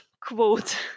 quote